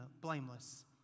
blameless